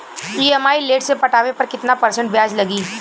EMI late से पटावे पर कितना परसेंट ब्याज लगी?